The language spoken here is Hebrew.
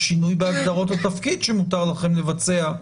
שינוי בהגדרות התפקיד שמותר לכם לבצע,